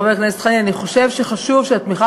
חבר הכנסת חנין: אני חושב שחשוב שהתמיכה